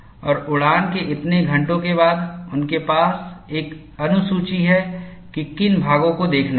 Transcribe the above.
और उड़ान के इतने घंटों के बाद उनके पास एक अनुसूची है कि किन भागों को देखना है